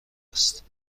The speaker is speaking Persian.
است